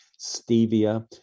stevia